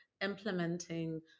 implementing